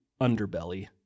underbelly